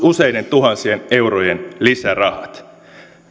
useiden tuhansien eurojen lisärahat